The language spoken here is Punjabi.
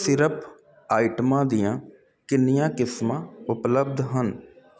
ਸਿਰਪ ਆਈਟਮਾਂ ਦੀਆਂ ਕਿੰਨੀਆਂ ਕਿਸਮਾਂ ਉਪਲੱਬਧ ਹਨ